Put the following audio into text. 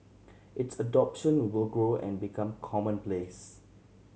its adoption will grow and become commonplace